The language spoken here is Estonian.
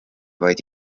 vaid